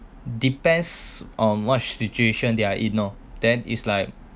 depends on what situation they're in lor then is like